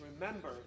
remember